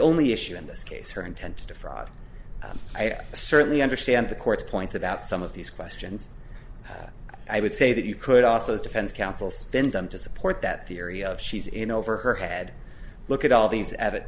only issue in this case her intent to defraud i certainly understand the court's points about some of these questions i would say that you could also as defense counsel spend them to support that theory of she's in over her head look at all these edit